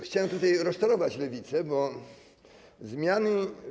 Chciałem tutaj rozczarować Lewicę, bo zmiany.